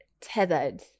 tethered